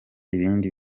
ibindi